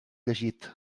llegit